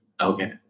Okay